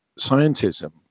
scientism